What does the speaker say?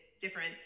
different